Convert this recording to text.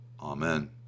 Amen